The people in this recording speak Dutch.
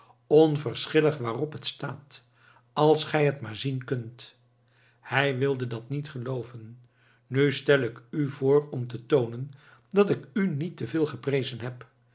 onverschillig waarop het staat als gij het maar zien kunt hij wilde dat niet gelooven nu stel ik u voor om te toonen dat ik u niet te veel geprezen heb